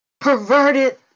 perverted